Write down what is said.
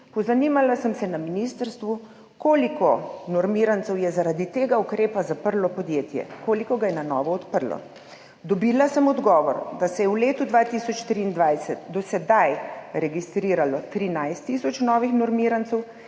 Pozanimala sem se na ministrstvu, koliko normirancev je zaradi tega ukrepa zaprlo podjetje, koliko ga je na novo odprlo. Dobila sem odgovor, da se je v letu 2023 do sedaj registriralo 13 tisoč novih normirancev,